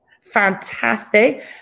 Fantastic